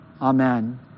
amen